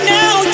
now